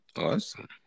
Awesome